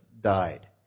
died